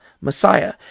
Messiah